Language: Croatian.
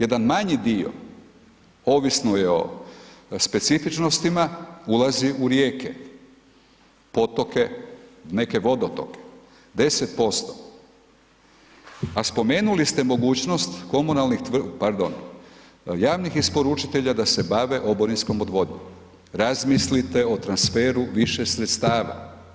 Jedan manji dio, ovisno je o specifičnostima, ulazi u rijeke, potoke, neke vodotoke, 10%, a spomenuli ste mogućnost komunalnih, pardon, javnih isporučitelja, da se bave oborinskom odvodnjom, razmislite o transferu više sredstava.